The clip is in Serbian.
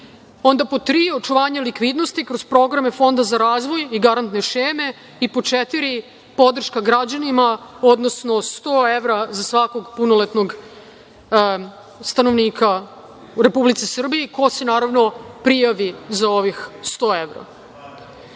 rada. Pod tri, očuvanje likvidnosti kroz programe Fonda za razvoj i garantne šeme. Pod četiri, podrška građanima, odnosno 100 evra za svakog punoletnog stanovnika u Republici Srbiji, ko se naravno prijavi za ovih 100 evra. Već